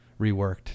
reworked